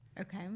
Okay